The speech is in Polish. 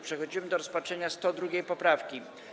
Przechodzimy do rozpatrzenia 102. poprawki.